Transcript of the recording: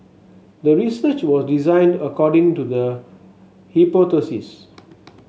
the research was designed according to the hypothesis